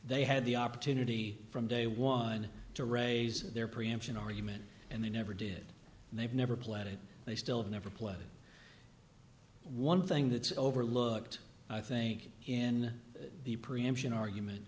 they had the opportunity from day one to raise their preemption argument and they never did and they've never played it they still never play one thing that's overlooked i think in the preemption argument